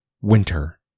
Winter